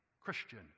Christian